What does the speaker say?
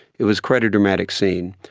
it was quite a dramatic scene.